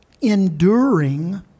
enduring